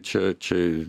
čia čia